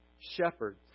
shepherd